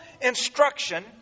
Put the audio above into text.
instruction